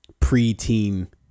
preteen